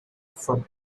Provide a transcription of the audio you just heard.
from